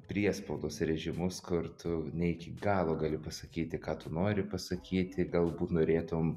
priespaudos režimus kur tu ne iki galo gali pasakyti ką tu nori pasakyti galbūt norėtum